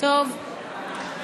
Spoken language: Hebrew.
אמרתי